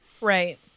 Right